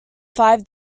five